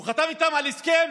הוא חתם איתם על הסכם